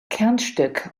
kernstück